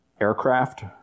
aircraft